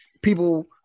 people